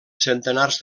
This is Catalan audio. centenars